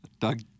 Doug